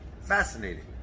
Fascinating